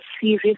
serious